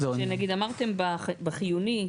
כשנגיד אמרתם בחיוני,